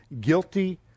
guilty